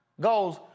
goes